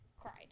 cried